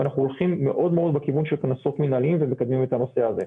ואנחנו הולכים מאוד מאוד בכיוון של קנסות מנהליים ומקדמים את הנושא הזה.